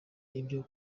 ibyo